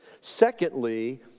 Secondly